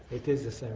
it is the same in